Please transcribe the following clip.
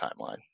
timeline